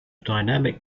dynamic